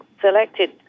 selected